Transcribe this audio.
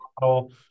model